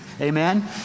Amen